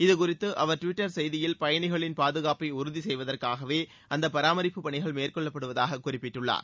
இது குறித்து அவர் டிவிட்டர் செய்தியில் பயணிகளின் பாதுகாப்பை உறுதி செய்வதற்காகவே அந்த பராமரிப்புப் பணிகள் மேற்கொள்ளப்படுவதாக குறிப்பிட்டுள்ளார்